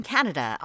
Canada